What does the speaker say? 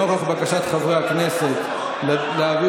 לנוכח בקשת חברי הכנסת להעביר,